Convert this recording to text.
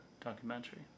documentary